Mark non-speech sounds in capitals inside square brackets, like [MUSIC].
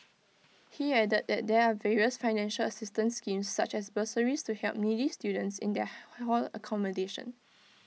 he added that there are various financial assistance schemes such as bursaries to help needy students in their [UNINTELLIGIBLE] hall accommodation